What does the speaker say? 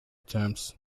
attempts